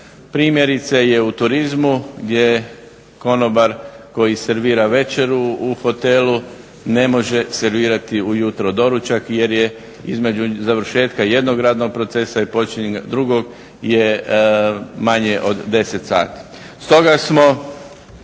Primjerice je u turizmu gdje konobar koji servira večeru u hotelu ne može servirati ujutro doručak jer je između završetka jednog radnog procesa i počinjenja drugog je manje od 10 sati.